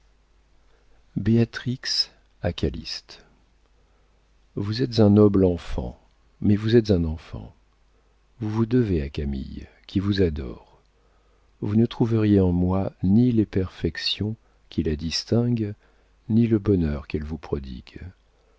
béatrix a calyste vous êtes un noble enfant mais vous êtes un enfant vous vous devez à camille qui vous adore vous ne trouveriez en moi ni les perfections qui la distinguent ni le bonheur qu'elle vous prodigue